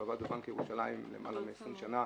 הוא עבד בבנק ירושלים למעלה מ-10 שנה.